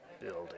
building